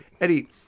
Eddie